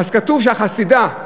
כתוב שהחסידה,